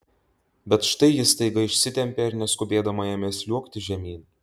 bet štai ji staiga išsitempė ir neskubėdama ėmė sliuogti žemyn